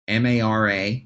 MARA